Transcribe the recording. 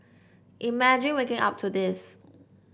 imagine waking up to this